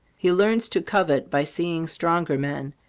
he learns to covet by seeing stronger men,